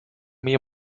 mir